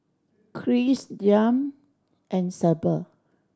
Kris Deeann and Sable